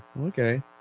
Okay